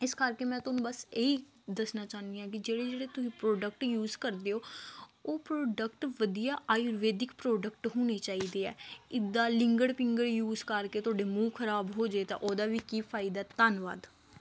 ਇਸ ਕਰਕੇ ਮੈਂ ਤੁਹਾਨੂੰ ਬਸ ਇਹੀ ਦੱਸਣਾ ਚਾਹੁੰਦੀ ਹਾਂ ਕਿ ਜਿਹੜੇ ਜਿਹੜੇ ਤੁਸੀਂ ਪ੍ਰੋਡਕਟ ਯੂਜ ਕਰਦੇ ਹੋ ਉਹ ਪ੍ਰੋਡਕਟ ਵਧੀਆ ਆਯੁਰਵੈਦਿਕ ਪ੍ਰੋਡਕਟ ਹੋਣੇ ਚਾਹੀਦੇ ਆ ਇੱਦਾਂ ਲਿੰਗਡ ਪਿੰਗਡ ਯੂਜ ਕਰਕੇ ਤੁਹਾਡੇ ਮੂੰਹ ਖਰਾਬ ਹੋ ਜਾਵੇ ਤਾਂ ਉਹਦਾ ਵੀ ਕੀ ਫਾਇਦਾ ਧੰਨਵਾਦ